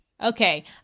Okay